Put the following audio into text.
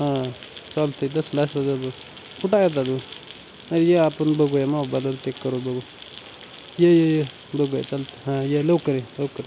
हां चालत आहे कुठं आहे आत्ता तू ये आपण बघूया मग बदल चेक करू बघू ये ये ये बघूया चल हां ये लवकर ये लवकर